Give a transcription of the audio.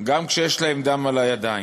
גם כשיש להם דם על הידיים.